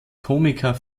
komiker